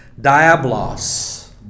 Diablos